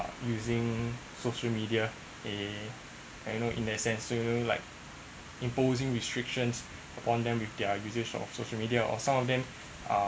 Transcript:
using social media eh and you know in that sense so you know like it imposing restrictions on them with their usage of social media or some of them are